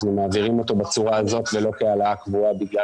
מעבירים אותו בצורה הזאת ולא כהעלאה קבועה בגלל